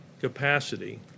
capacity